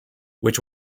which